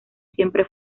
siempre